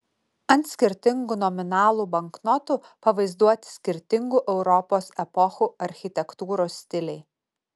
ant skirtingų nominalų banknotų pavaizduoti skirtingų europos epochų architektūros stiliai